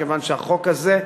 כיוון שהחוק הזה,